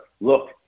Look